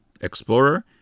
explorer